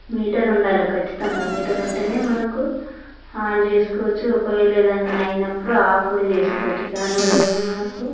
metre ఉండాలి ఖచ్చితంగా meter ఉంటే మనకు ఆన్ చేసుకోవచ్చు ఒకవేళ ఏదయినా అయినప్పుడు ఆఫ్ కూడా చేసుకోవచ్చు దాని వల్ల కూడా మనకు